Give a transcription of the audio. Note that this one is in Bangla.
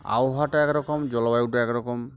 আবহাওয়াটা একরকম জলবায়ুটা একরকম